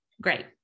Great